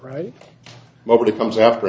right nobody comes after